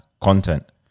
content